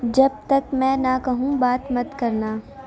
جب تک میں نہ کہوں بات مت کرنا